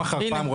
פעם אחר פעם,